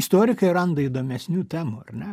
istorikai randa įdomesnių temų ar ne